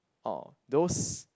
orh those